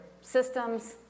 systems